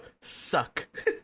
suck